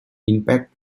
impact